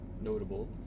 notable